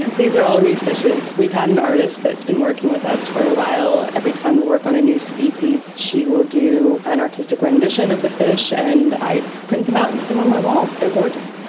these are all reef fishes. we've had an artist that has been working with us for a while. every time we work on a new species she will do an artistic rendition of the fish, and i print them out and put them on my wall. they are gorgeous.